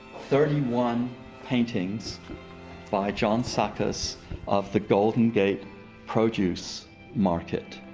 thirty one paintings by john sackas of the golden gate produce market,